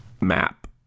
map